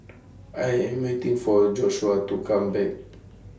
I Am waiting For Joshuah to Come Back